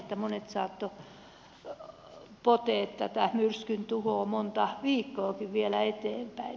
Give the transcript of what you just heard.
monet saattoivat potea tätä myrskyn tuhoa montakin viikkoa vielä eteenpäin